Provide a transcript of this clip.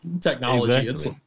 technology